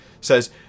says